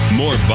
more